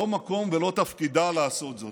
לא המקום ולא תפקידה לעשות זאת.